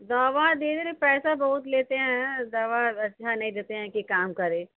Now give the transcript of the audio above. दवा पैसा बहुत लेते हैं दवा अच्छा नहीं देते हैं कि काम करे